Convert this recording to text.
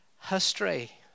history